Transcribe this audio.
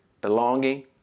belonging